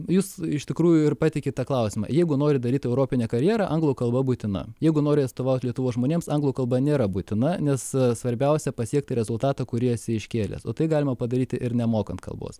jūs iš tikrųjų ir pateikėt tą klausimą jeigu nori daryt europinę karjerą anglų kalba būtina jeigu nori atstovaut lietuvos žmonėms anglų kalba nėra būtina nes svarbiausia pasiekti rezultatą kurį esi iškėlęs o tai galima padaryti ir nemokant kalbos